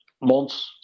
months